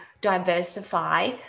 diversify